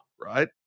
right